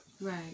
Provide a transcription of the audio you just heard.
Right